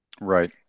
Right